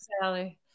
Sally